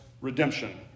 redemption